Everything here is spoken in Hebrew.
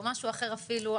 או משהו אחר אפילו,